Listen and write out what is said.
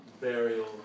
burial